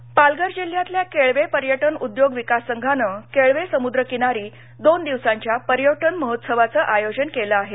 महोत्सव पालघर पालघर जिल्ह्यातल्या केळवे पर्यटन उद्योग विकास संघानं केळवे समुद्रकिनारी दोन दिवसांच्या पर्यटन महोत्सवाचं आयोजन केलं आहे